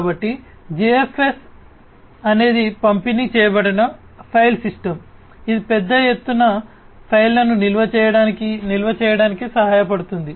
కాబట్టి GFS అనేది పంపిణీ చేయబడిన ఫైల్ సిస్టమ్ ఇది పెద్ద ఎత్తున ఫైళ్ళను నిల్వ చేయడానికి నిల్వ చేయడానికి సహాయపడుతుంది